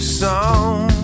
song